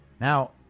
Now